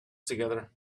together